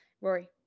Rory